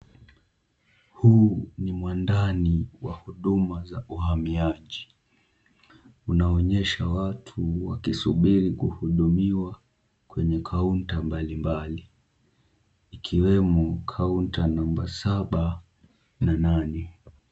Huu ni mwandani wa huduma ya uhamiaji. Unaonyesha watu wakisubiri kuhudumiwa kwenye kaunta mbali mbali ikiwemo kaunta namba saba na nane.